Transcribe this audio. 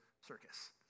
circus